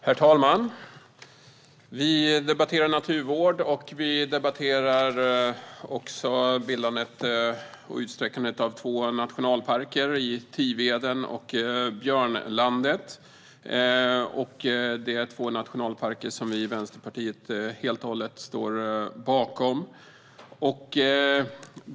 Herr talman! Vi debatterar naturvård. Vi debatterar också bildandet och utsträckandet av två nationalparker - Tiveden och Björnlandet. Det är två nationalparker som vi i Vänsterpartiet helt och hållet står bakom.